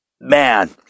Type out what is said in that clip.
man